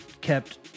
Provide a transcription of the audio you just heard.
kept